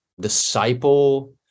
disciple